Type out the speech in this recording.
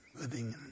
living